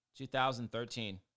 2013